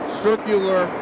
circular